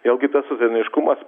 jau kitas sezoniškumas